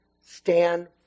stand